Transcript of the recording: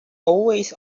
always